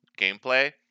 gameplay